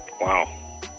Wow